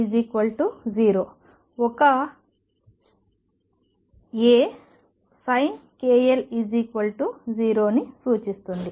xL0 ఒక A sin kL 0 ని సూచిస్తుంది